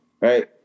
right